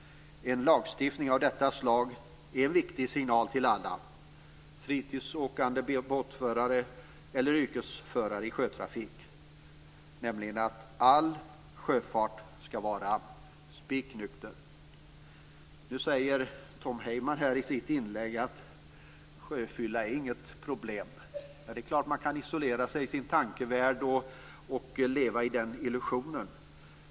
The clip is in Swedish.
En lagstiftning av detta slag är en viktig signal till alla - nämligen att i all sjöfart vara "spik nykter". Tom Heyman säger i sitt inlägg att sjöfylleri inte är något problem. Det är klart att man kan isolera sig i sin tankevärld och leva i den illusionen.